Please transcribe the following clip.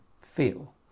feel